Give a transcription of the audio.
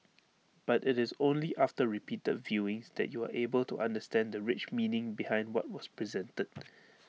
but IT is only after repeated viewings that you are able to understand the rich meaning behind what was presented